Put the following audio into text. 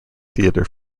theatre